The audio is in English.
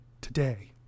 today